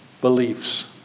beliefs